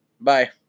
Bye